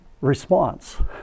response